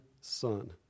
son